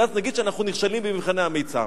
כי אז נגיד שאנחנו נכשלים במבחני המיצ"ב.